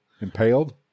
Impaled